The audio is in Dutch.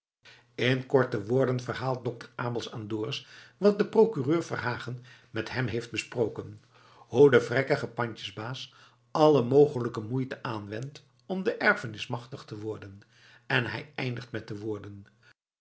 in korte woorden verhaalt dokter abels aan dorus wat de procureur verhagen met hem heeft besproken hoe de vrekkige pandjesbaas alle mogelijke moeite aanwendt om de erfenis machtig te worden en hij eindigt met de woorden